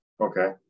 Okay